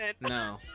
no